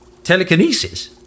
Telekinesis